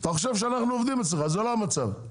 אתה חושב שאנחנו עובדים אצלך, זה לא המצב.